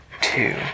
two